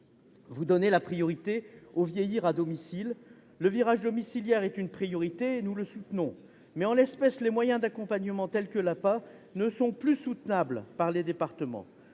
Vous donnez la priorité au « vieillir à domicile ». Le virage domiciliaire est une priorité et nous le soutenons. Mais, en l'espèce, les moyens d'accompagnement tels que l'APA ne sont plus soutenables pour les départements.